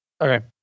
Okay